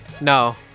No